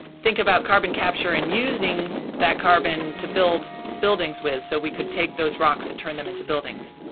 think about carbon capture and using that carbon to build buildings with so we could take those rocks and turn them into buildings.